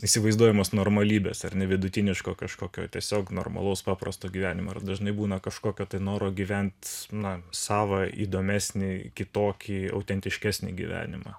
įsivaizduojamos normalybės ar ne vidutiniško kažkokio tiesiog normalaus paprasto gyvenimo ir dažnai būna kažkokio tai noro gyvent na savą įdomesni kitokį autentiškesnį gyvenimą